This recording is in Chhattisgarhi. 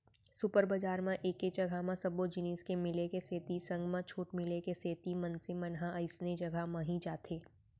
सुपर बजार म एके जघा म सब्बो जिनिस के मिले के सेती संग म छूट मिले के सेती मनसे मन ह अइसने जघा म ही जाथे